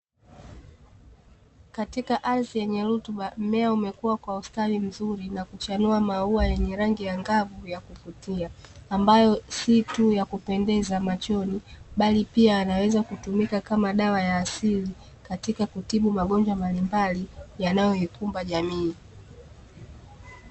Katika ardhi yenye rutuba mmea umekua kwa ustawi mzuri na kuchanua maua yenye rangi angavu ya kuvutia. Ambayo si tu ya kupendeza machoni, bali pia yanaweza kutumika kama dawa ya asili, katika kutibu magonjwa mbalimbali yanayoikumba jamii.